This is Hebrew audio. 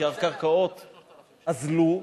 כי הקרקעות אזלו.